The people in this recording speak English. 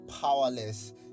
powerless